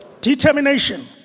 determination